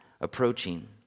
approaching